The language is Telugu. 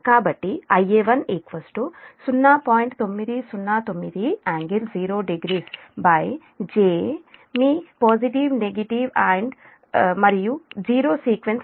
కాబట్టి Ia1 0